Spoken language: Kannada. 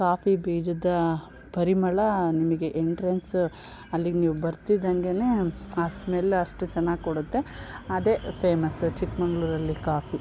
ಕಾಫಿ ಬೀಜದ ಪರಿಮಳ ನಿಮಗೆ ಎಂಟ್ರೆನ್ಸ್ ಅಲ್ಲಿಗೆ ನೀವು ಬರ್ತಿದ್ದಂಗೇನೆ ಆ ಸ್ಮೆಲ್ ಅಷ್ಟು ಚೆನ್ನಾಗಿ ಕೊಡುತ್ತೆ ಅದೇ ಫೇಮಸ್ಸು ಚಿಕ್ಕಮಂಗ್ಳೂರಲ್ಲಿ ಕಾಫಿ